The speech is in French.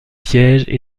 sièges